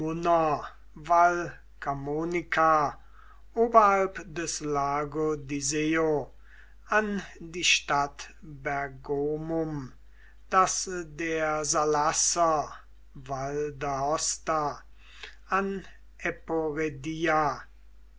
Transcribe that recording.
oberhalb des lago d'iseo an die stadt bergomum das der salasser val d'aosta an